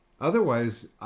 Otherwise